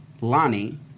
Lonnie